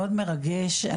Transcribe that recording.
מאוד מרגש,